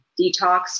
detox